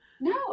no